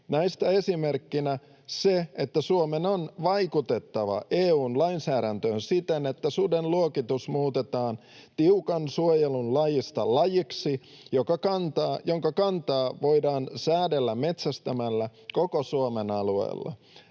Näistä esimerkkinä se, että Suomen on vaikutettava EU:n lainsäädäntöön siten, että suden luokitus muutetaan tiukan suojelun lajista lajiksi, jonka kantaa voidaan säädellä metsästämällä koko Suomen alueella.